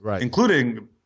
including